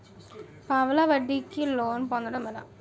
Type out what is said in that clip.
పావలా వడ్డీ కి లోన్ పొందటం ఎలా?